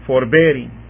Forbearing